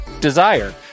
Desire